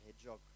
hedgehog